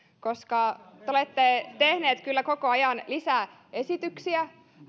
te olette tehneet kyllä koko ajan lisää esityksiä